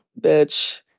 bitch